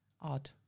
Odd